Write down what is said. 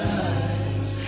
lives